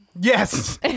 yes